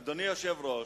אדוני היושב-ראש,